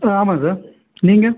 ஆ ஆமாம்ங்க சார் நீங்கள்